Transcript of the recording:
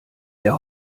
der